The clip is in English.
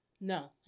No